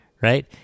right